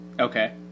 Okay